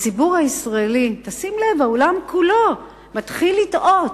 הציבור הישראלי והעולם כולו מתחיל לתהות,